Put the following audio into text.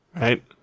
right